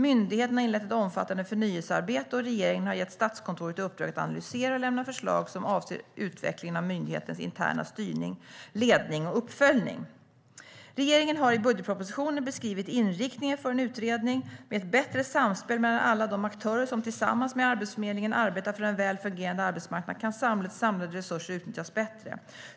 Myndigheten har inlett ett omfattande förnyelsearbete, och regeringen har gett Statskontoret i uppdrag att analysera och lämna förslag som avser utvecklingen av myndighetens interna styrning, ledning och uppföljning. Regeringen har i budgetpropositionen beskrivit inriktningen för en utredning. Med ett bättre samspel mellan alla de aktörer som tillsammans med Arbetsförmedlingen arbetar för en väl fungerande arbetsmarknad kan samhällets samlade resurser utnyttjas bättre.